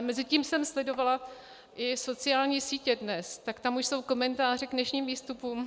Mezitím jsem sledovala i sociální sítě dnes, tak tam už jsou komentáře k dnešním výstupům.